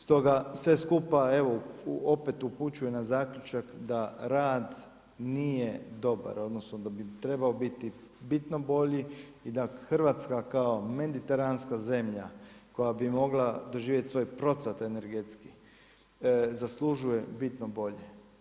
Stoga sve skupa evo opet upućuje na zaključak da rad nije dobar odnosno da bi trebao biti bitno bolji i da Hrvatska kao mediteranska zemlja koja bi mogla doživjet svoj procvat energetski zaslužuje bitno bolje.